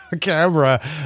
camera